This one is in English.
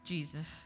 Jesus